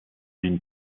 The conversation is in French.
d’une